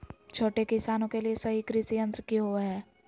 छोटे किसानों के लिए सही कृषि यंत्र कि होवय हैय?